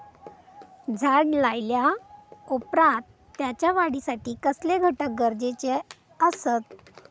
झाड लायल्या ओप्रात त्याच्या वाढीसाठी कसले घटक गरजेचे असत?